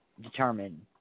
determined